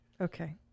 Okay